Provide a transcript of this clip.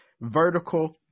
vertical